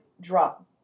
drop